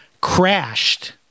crashed